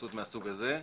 התכנסות מהסוג הזה,